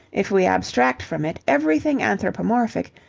if we abstract from it everything anthropomorphic,